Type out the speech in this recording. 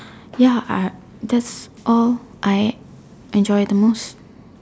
ya I that's all I enjoy the most